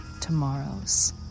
tomorrows